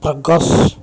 Prakash